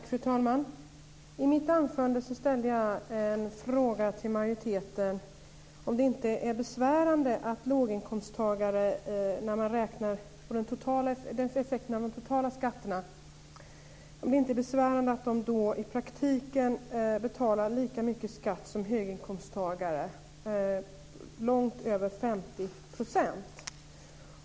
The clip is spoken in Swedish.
Fru talman! I mitt anförande ställde jag en fråga till majoriteten om det inte är besvärande att låginkomsttagare, när man räknar på effekten av de totala skatterna, i praktiken betalar lika mycket skatt som höginkomsttagare, långt över 50 %.